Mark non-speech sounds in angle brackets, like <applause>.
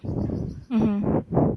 <breath> mmhmm <breath>